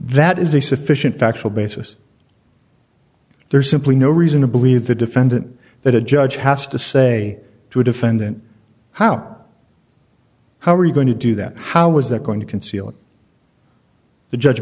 that is a sufficient factual basis there's simply no reason to believe the defendant that a judge has to say to a defendant how how are you going to do that how is that going to conceal it the judge